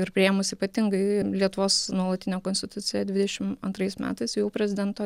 ir priėmus ypatingai lietuvos nuolatinę konstituciją dvidešim antrais metais jau prezidento